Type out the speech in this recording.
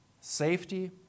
safety